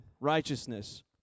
Righteousness